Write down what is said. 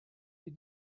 die